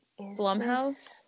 Blumhouse